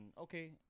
okay